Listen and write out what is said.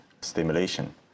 stimulation